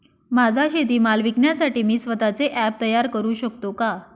माझा शेतीमाल विकण्यासाठी मी स्वत:चे ॲप तयार करु शकतो का?